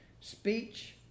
Speech